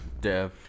Dev